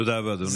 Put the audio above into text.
תודה רבה, אדוני.